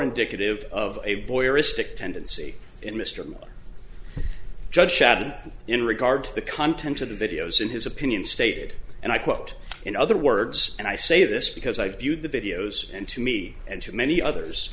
indicative of a voyeuristic tendency and mr miller judge shouted in regard to the content of the videos in his opinion stated and i quote in other words and i say this because i view the videos and to me and to many others